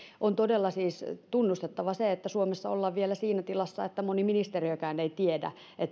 on todella siis tunnustettava se että suomessa ollaan vielä siinä tilassa että moni ministeriökään ei tiedä